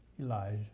Elijah